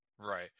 Right